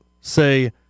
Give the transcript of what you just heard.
Say